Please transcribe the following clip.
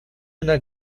una